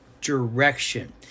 direction